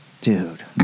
dude